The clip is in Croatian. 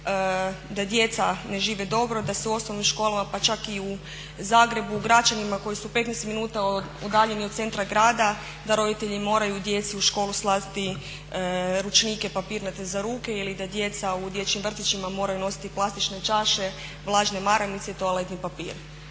da djeca ne žive dobro, da se u osnovnim školama pa čak i u Zagrebu, u Gračanima koji su 15 minuta udaljeni od centra grada, da roditelji moraju djeci u školu slati ručnike papirnate za ruke ili da djeca u dječjim vrtićima moraju nositi plastične čaše, vlažne maramice i toaletni papir.